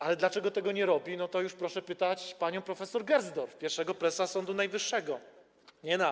Ale dlaczego tego nie robi, to już proszę pytać panią prof. Gersdorf, pierwszą prezes Sądu Najwyższego, nie nas.